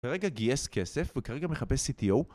ברגע גייס כסף וכרגע מחפש CTO